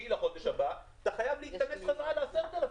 לחודש הבא אתה חייב להתכנס בחזרה ל-10,000,